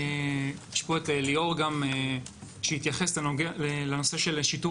יש פה גם את ליאור שיתייחס לנושא של שיטור